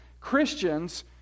Christians